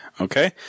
Okay